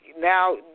now